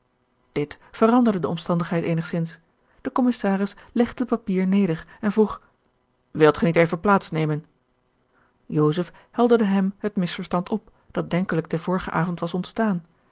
dit veranderde de omstandigheid eenigzins de commisaris legde het papier neder en vroeg wilt gij niet even plaats nemen joseph helderde hem het misvertand op dat denkelijk den vorigen avond was ontstaan